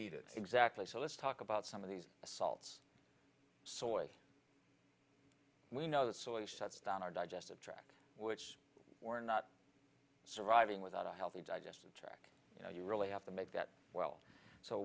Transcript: exactly so let's talk about some of these assaults soy we know that shuts down our digestive track which we're not surviving without a healthy digestive track you know you really have to make that well so